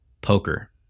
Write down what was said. Poker